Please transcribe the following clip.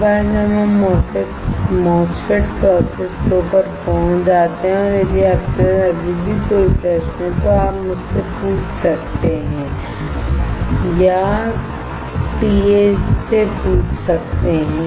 एक बार जब हम MOSFET प्रोसेस फ्लो पर पहुंच जाते हैं और यदि आपके पास अभी भी कोई प्रश्न है तो आप मुझसे पूछ सकते हैं या TA से पूछ सकते हैं